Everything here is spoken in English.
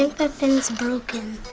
think that thing's broken.